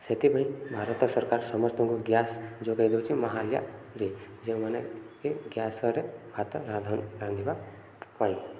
ସେଥିପାଇଁ ଭାରତ ସରକାର ସମସ୍ତଙ୍କୁ ଗ୍ୟାସ ଯୋଗାଇ ଦେଉଛି ମାହାଳିଆରେ ଯେଉଁମାନେ କି ଗ୍ୟାସରେ ଭାତ ରାନ୍ଧିବା ପାଇଁ